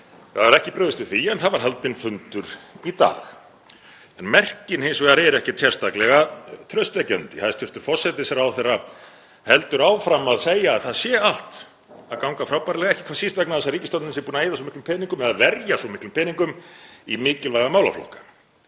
Það var ekki brugðist við því en það var haldinn fundur í dag. Merkin eru hins vegar ekkert sérstaklega traustvekjandi. Hæstv. forsætisráðherra heldur áfram að segja að það sé allt að ganga frábærlega, ekki hvað síst vegna þess að ríkisstjórnin sé búin að eyða svo miklum peningum eða verja svo miklum peningum í mikilvæga málaflokka.